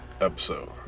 episode